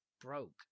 broke